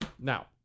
Now